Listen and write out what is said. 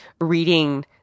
reading